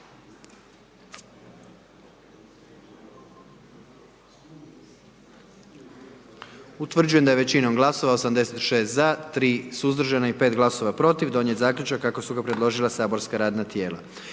Utvrđujem da je većinom glasova, 76 za, 10 suzdržanih i 9 protiv donijet zaključak kako su je predložilo matično saborsko radno tijelo.